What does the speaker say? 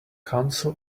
council